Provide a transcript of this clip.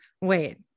wait